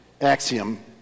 axiom